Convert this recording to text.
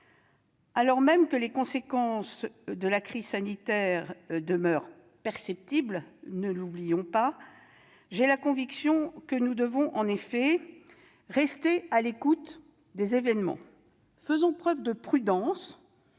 Alors même que les conséquences de la crise sanitaire demeurent perceptibles- ne l'oublions pas -, j'ai la conviction que nous devons rester à l'écoute des événements. À cet égard,